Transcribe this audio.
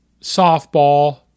Softball